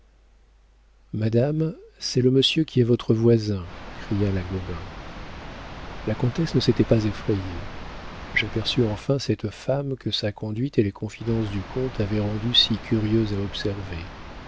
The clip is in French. madame c'est le monsieur qui est votre voisin cria la gobain la comtesse ne s'était pas effrayée j'aperçus enfin cette femme que sa conduite et les confidences du comte avaient rendue si curieuse à observer